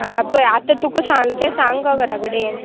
आं आतां पळय आतां तुका सांगलां तें सांग गो घरा कडेन